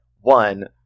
one